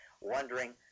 Wondering